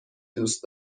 دوست